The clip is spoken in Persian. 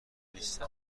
نیستم